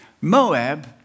Moab